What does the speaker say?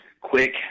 Quick